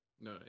no